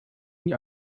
nie